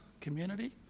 community